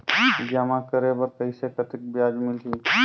जमा करे बर कइसे कतेक ब्याज मिलही?